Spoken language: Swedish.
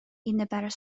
innebär